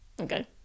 okay